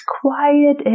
quiet